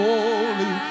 Holy